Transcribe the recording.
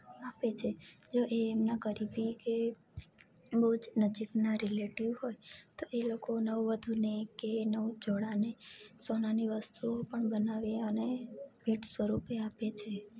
આપે છે જો એ એમના કરી દે કે બઉજ નજીકના રિલેટિવ હોય તો એ લોકો નવ વધુને કે નવ જોડાને સોનાની વસ્તુઓ પણ બનાવી અને ભેટ સ્વરૂપે આપે છે